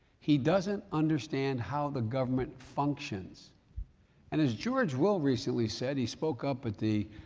he doesn't understand how the government functions and as george will recently said, he spoke up at the,